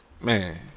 Man